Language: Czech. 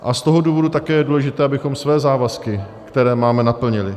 A z toho důvodu je také důležité, abychom své závazky, které máme, naplnili.